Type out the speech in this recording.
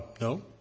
No